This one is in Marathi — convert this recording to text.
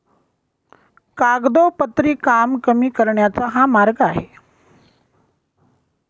कागदोपत्री काम कमी करण्याचा हा मार्ग आहे